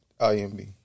IMB